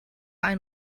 ein